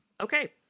Okay